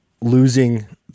losing